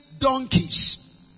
Donkeys